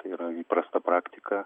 tai yra įprasta praktika